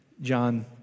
John